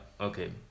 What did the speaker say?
Okay